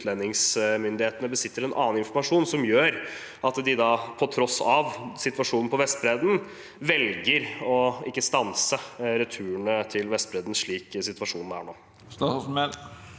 utlendingsmyndighetene besitter annen informasjon, som gjør at de – på tross av situasjonen på Vestbredden – velger ikke å stanse returene til Vestbredden. Statsråd